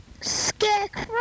Scarecrow